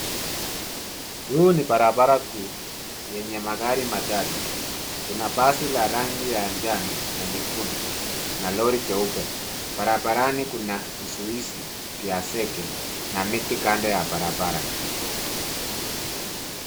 Huu ni barabara kuu yenye magari machache. Kuna basi la rangi ya njano na nyekundu na lori jeupe. Barabarani kuna vizuizi vya zege na miti kando ya barabara.